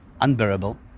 unbearable